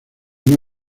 una